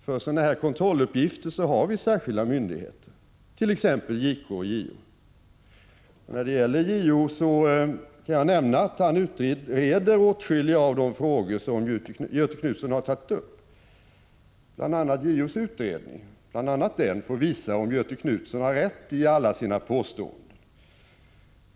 För sådana här kontrolluppgifter har vi särskilda myndigheter, t.ex. JK och JO. När det gäller JO kan jag nämna att han utreder åtskilliga av de frågor som Göthe Knutson har tagit upp. Bl.a. JO:s utredning får visa om Göthe Knutson har rätt i alla sina påståenden.